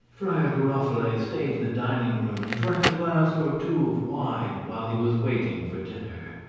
friar giroflee stayed in the dining-room, and drank a glass or two of wine while he was waiting for dinner.